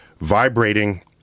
vibrating